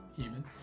human